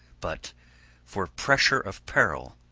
but for pressure of peril,